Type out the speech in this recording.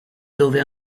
dove